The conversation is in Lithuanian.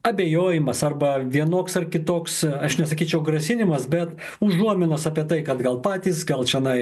abejojimas arba vienoks ar kitoks aš nesakyčiau grasinimas bet užuominos apie tai kad gal patys gal čionai